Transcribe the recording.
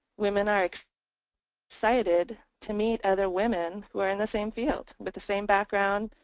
women are excited to meet other women who are in the same field with the same background,